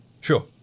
Sure